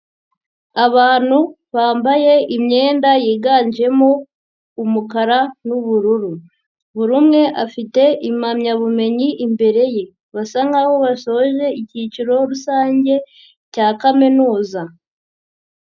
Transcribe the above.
Abantu bambaye imyenda yiganjemo umukara n'ubururu. Buri umwe afite impamyabumenyi imbere ye. Basa nkaho basoje icyiciro rusange cya kaminuza.